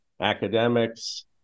academics